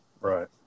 right